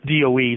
DOE